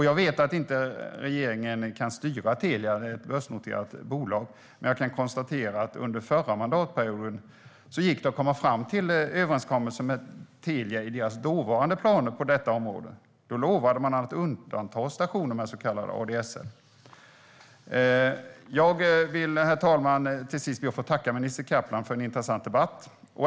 Jag vet att regeringen inte kan styra Telia, som är ett börsnoterat bolag, men jag kan konstatera att det under förra mandatperioden gick att komma fram till överenskommelser med Telia i deras dåvarande planer inom detta område. Då lovade man att undanta stationer med så kallad ADSL. Till sist, herr talman, ber jag att få tacka minister Kaplan för en intressant debatt.